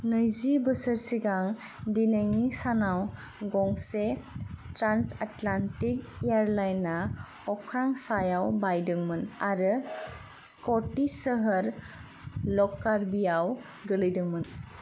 नैजि बोसोर सिगां दिनैनि सानाव गंसे ट्रान्स आटलान्टिक एयारलाइना अख्रां सायाव बायदोंमोन आरो स्क'टिश सोहोर ल'कारबिआव गोग्लैदोंमोन